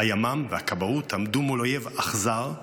הימ"מ והכבאות עמדו מול אויב אכזר,